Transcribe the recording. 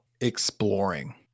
exploring